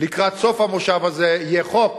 לקראת סוף המושב הזה, יהיה חוק